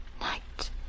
night